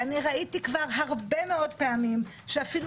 אני ראיתי כבר הרבה מאוד פעמים שאפילו